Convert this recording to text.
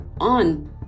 on